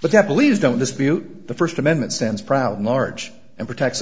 but that please don't dispute the first amendment stands proud large and protects